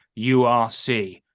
URC